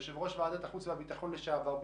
יושב-ראש ועדת החוץ והביטחון בזמנו,